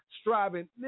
Striving